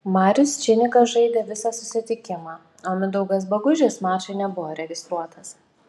marius činikas žaidė visą susitikimą o mindaugas bagužis mačui nebuvo registruotas